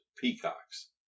peacocks